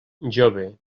jove